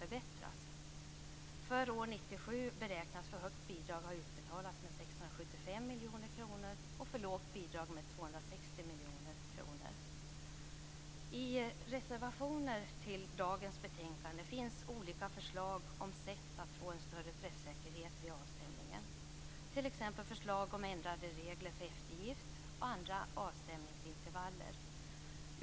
För år 1997 beräknas för höga bidrag ha utbetalats med 675 miljoner kronor och för låga bidrag ha utbetalats med 260 miljoner kronor. I reservationer till dagens betänkande finns olika förslag om sätt att få en större träffsäkerhet vid avstämningen, t.ex. förslag om ändrade regler för eftergift och andra avstämningsintervaller.